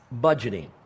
Budgeting